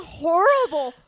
horrible